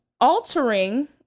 altering